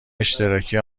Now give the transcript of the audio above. اشتراکی